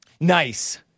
Nice